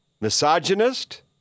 Misogynist